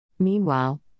Meanwhile